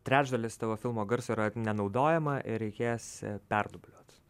trečdalis tavo filmo garso yra nenaudojama ir reikės perdubliuot